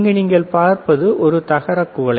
இங்கு நீங்கள் பார்ப்பது ஒரு தகரக் குவளை